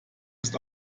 ist